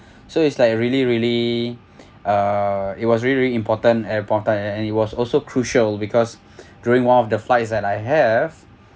so it's like really really uh it was really really important important uh and it was also crucial because during one of the flights that I have